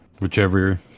whichever